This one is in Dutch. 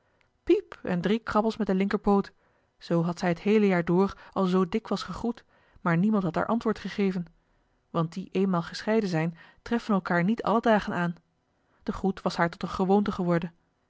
piep en drie krabbels met den linkerpoot zoo had zij het heele jaar door al zoo dikwijls gegroet maar niemand had haar antwoord gegeven want die eenmaal gescheiden zijn treffen elkaar niet alle dagen aan de groet was haar tot een gewoonte geworden